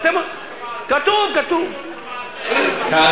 לא כתוב, "כמעשיהם" כתוב.